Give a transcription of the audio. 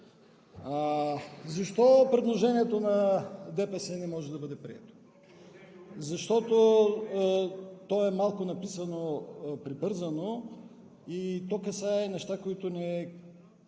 Защо предложението на ДПС не може да бъде прието? Защото то е написано малко прибързано и касае неща, които този